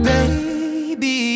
Baby